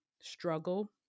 struggle